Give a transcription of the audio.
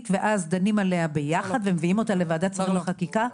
ואז הם דנים עליה ביחד ומביאים אותה לוועדת השרים לחקיקה?